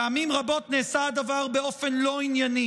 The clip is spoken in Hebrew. פעמים רבות נעשה הדבר באופן לא ענייני,